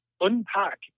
unpack